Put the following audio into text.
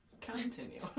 continue